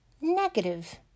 negative